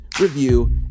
review